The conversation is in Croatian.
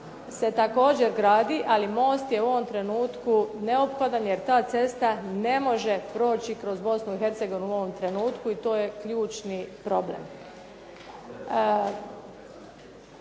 se također gradi ali most je u ovom trenutku neophodan jer ta cesta ne može proći kroz Bosnu i Hercegovinu u ovom trenutku i to je ključni problem.